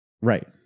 Right